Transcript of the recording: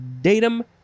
datum